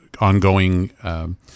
ongoing